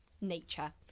nature